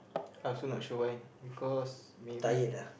I feel like should I because maybe